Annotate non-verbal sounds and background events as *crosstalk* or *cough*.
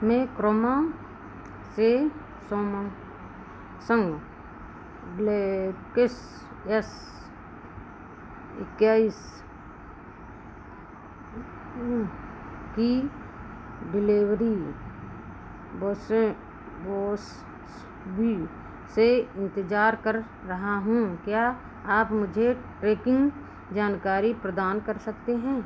मैं क्रोमा से Samsung Galaxy S इक्कीस की डिलिवरी *unintelligible* बी से इन्तज़ार कर रहा हूँ क्या आप मुझे ट्रैकिन्ग जानकारी प्रदान कर सकते हैं